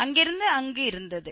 அங்கிருந்து அங்கு இருந்தது